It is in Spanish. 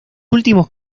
últimos